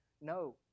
no